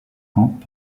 camp